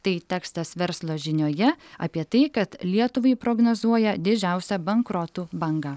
tai tekstas verslo žinioje apie tai kad lietuvai prognozuoja didžiausią bankrotų bangą